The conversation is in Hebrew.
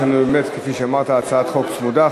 יש לנו באמת, כפי שאמרת, הצעת חוק צמודה.